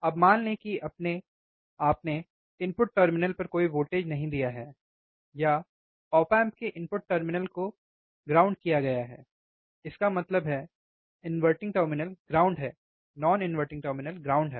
अब मान लें कि आपने इनपुट टर्मिनल पर कोई वोल्टेज नहीं दिया है या ऑप amp के इनपुट टर्मिनल को आधार बनाया गया है इसका मतलब है इन्वेर्टिंग टर्मिनल ग्राउंड है नॉन इनवर्टिंग टर्मिनल ग्राउंड है